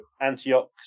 Antioch